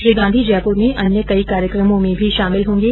श्री गांधी जयपुर में अन्य कई कार्यक्रमों में भी शामिल होंगे